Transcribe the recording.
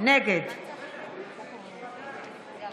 נגד יריב לוין, נגד נעמה לזימי,